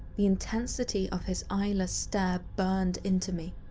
the intensity of his eyeless stare burned into me,